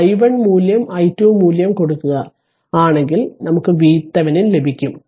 i1 മൂല്യം i2 മൂല്യം കൊടുക്കുക ആണെങ്കിൽ VThevenin ലഭിക്കും